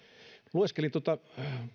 lueskelin tuota